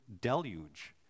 deluge